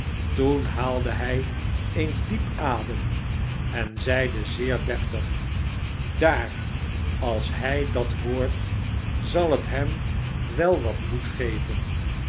toen haalde bij eens diep adem en zeide zeer deftig daar als hij dat hoort zal het hem wel wat moed geven